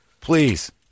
Please